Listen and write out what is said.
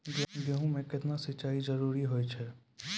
गेहूँ म केतना सिंचाई जरूरी होय छै?